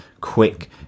quick